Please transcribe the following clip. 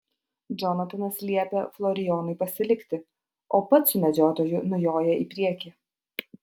džonatanas liepia florijonui pasilikti o pats su medžiotoju nujoja į priekį